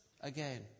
again